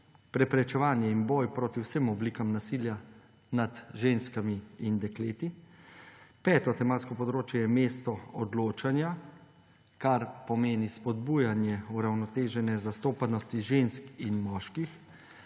preprečevanje in boj proti vsem oblikam nasilja nad ženskami in dekleti. Peto tematsko področje je mesto odločanja, kar pomeni spodbujanje uravnotežene zastopanosti žensk in moških.